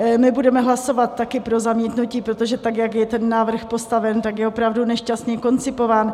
My budeme hlasovat také pro zamítnutí, protože tak, jak je ten návrh postaven, je opravdu nešťastně koncipován.